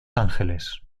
ángeles